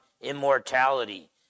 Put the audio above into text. immortality